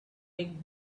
take